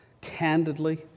candidly